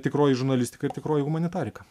tikroji žurnalistika ir tikroji humanitarika